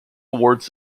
awards